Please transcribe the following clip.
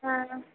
हा